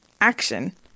action